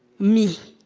me